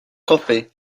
coffee